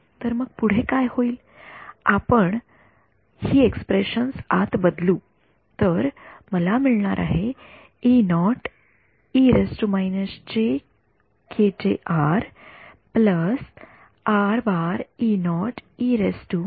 तर मग पुढे काय होईल म्हणून आपण ही एक्सप्रेशन्स आत बदलू